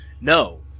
no